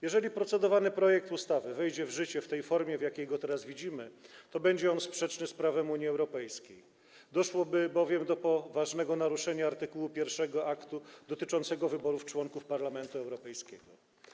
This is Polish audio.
Jeżeli procedowany projekt ustawy wejdzie w życie w takiej formie, w jakiej go teraz widzimy, to będzie on sprzeczny z prawem Unii Europejskiej, doszłoby bowiem do poważnego naruszenia art. 1 aktu dotyczącego wyborów członków Parlamentu Europejskiego.